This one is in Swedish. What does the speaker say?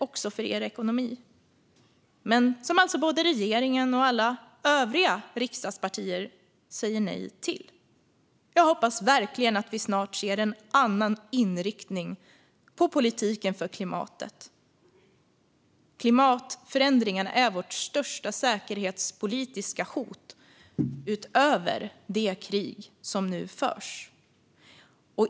Men detta säger alltså både regeringen och alla övriga riksdagspartier nej till. Jag hoppas verkligen att vi snart ser en annan inriktning på politiken för klimatet. Klimatförändringarna är vårt största säkerhetspolitiska hot utöver det krig som nu förs.